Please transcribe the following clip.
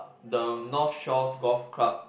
the North Shore Golf Club